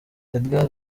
edgar